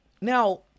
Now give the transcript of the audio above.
Now